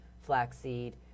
flaxseed